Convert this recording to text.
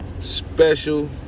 special